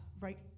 Right